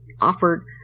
offered